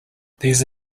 these